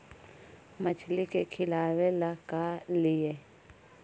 मछली के खिलाबे ल का लिअइ?